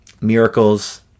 miracles